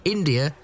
India